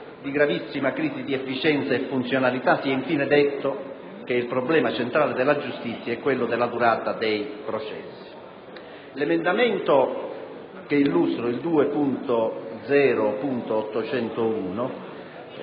di gravissima crisi di efficienza e funzionalità; si è infine detto che il problema centrale della giustizia è quello della durata dei processi. L'emendamento 2.0.801